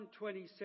127